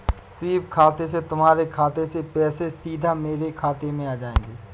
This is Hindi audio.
स्वीप खाते से तुम्हारे खाते से पैसे सीधा मेरे खाते में आ जाएंगे